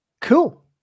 Cool